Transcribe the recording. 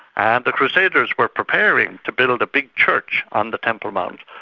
and the crusaders were preparing to build a big church on the temple mount,